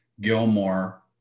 Gilmore